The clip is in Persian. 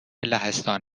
لهستان